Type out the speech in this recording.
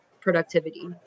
productivity